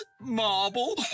marble